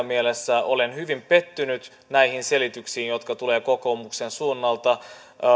mielessä olen hyvin pettynyt näihin selityksiin jotka tulevat kokoomuksen suunnalta